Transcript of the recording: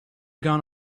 gone